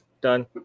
Done